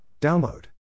Download